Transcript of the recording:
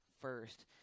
first